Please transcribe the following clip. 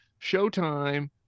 Showtime